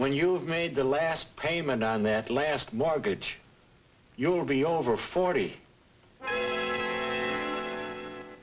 when you've made the last payment on that last mortgage you'll be over forty